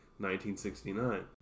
1969